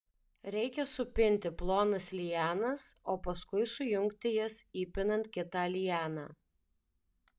reikia supinti plonas lianas o paskui sujungti jas įpinant kitą lianą